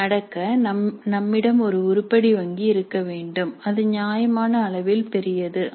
இது நடக்க நம்மிடம் ஒரு உருப்படி வங்கி இருக்க வேண்டும் அது நியாயமான அளவில் பெரியது